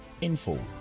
info